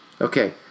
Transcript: Okay